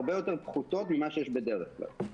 הרבה יותר פחותות ממה שיש בדרך כלל.